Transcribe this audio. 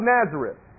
Nazareth